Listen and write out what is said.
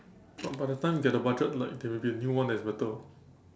but by the time get the budget like there will be a new one that is better